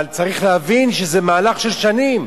אבל, צריך להבין שזה מהלך של שנים.